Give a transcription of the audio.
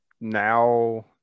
now